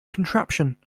contraption